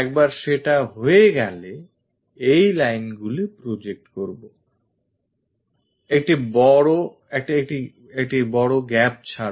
একবার সেটা হয়ে গেলে এই lineগুলি project কর একটি gap ছাড়